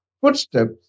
footsteps